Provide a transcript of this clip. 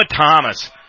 Thomas